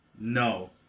No